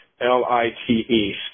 L-I-T-E